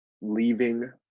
leaving